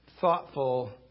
Thoughtful